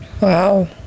Wow